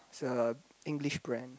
is a English brand